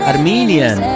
Armenian